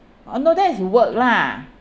oh no that is work lah